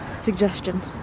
suggestions